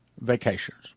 vacations